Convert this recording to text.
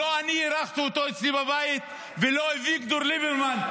--- לא אני אירחתי אותו אצלי בבית ולא אביגדור ליברמן,